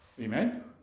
Amen